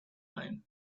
mind